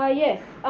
ah yes,